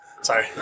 Sorry